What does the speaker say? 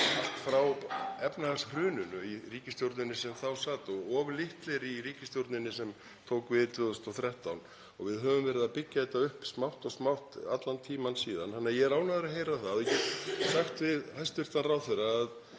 frá efnahagshruninu, í ríkisstjórninni sem þá sat og of litlir í ríkisstjórninni sem tók við 2013. Við höfum verið að byggja þetta upp smátt og smátt allan tímann síðan. Ég er ánægður að heyra það og ég get sagt við hæstv. ráðherra að